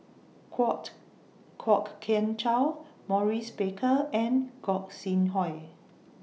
Kwok Kian Chow Maurice Baker and Gog Sing Hooi